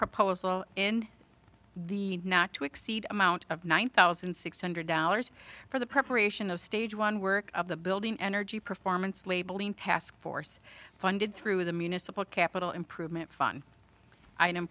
proposal in the not to exceed amount of one thousand six hundred dollars for the preparation of stage one work of the building energy performance labeling task force funded through the municipal capital improvement fun i